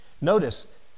Notice